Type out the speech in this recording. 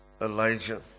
Elijah